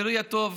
חברי הטוב,